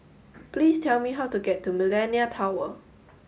please tell me how to get to Millenia Tower